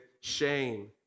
shame